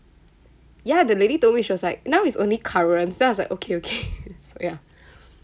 ya the lady told me she was like now it's only current then I was like okay okay so ya